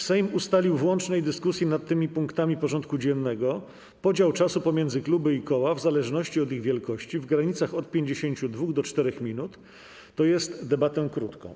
Sejm ustalił w łącznej dyskusji nad tymi punktami porządku dziennego podział czasu pomiędzy kluby i koła, w zależności od ich wielkości, w granicach od 52 do 4 minut, tj. debatę krótką.